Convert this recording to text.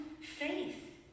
faith